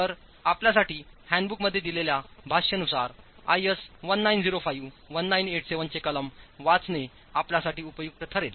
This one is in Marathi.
तर आपल्यासाठी हँडबुकमध्ये दिलेल्या भाष्यानुसार आयएस 1905 1987 चे कलम वाचणे आपल्यासाठी उपयुक्त ठरेल